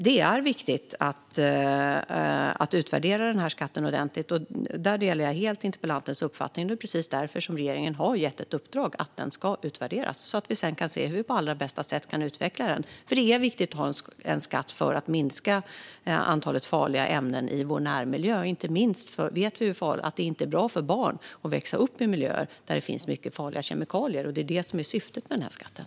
Det är viktigt att utvärdera skatten ordentligt; där delar jag helt interpellantens uppfattning. Det är just därför regeringen har gett i uppdrag att skatten ska utvärderas så att vi sedan kan se hur vi kan utveckla den på allra bästa sätt. Det är viktigt att ha en skatt för att minska antalet farliga ämnen i vår närmiljö. Inte minst vet vi att det inte är bra för barn att växa upp i miljöer där det finns mycket farliga kemikalier. Det är detta som är syftet med den här skatten.